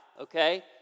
okay